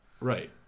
Right